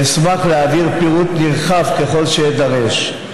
ואשמח להעביר פירוט נרחב ככל שאדרש,